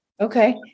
Okay